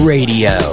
Radio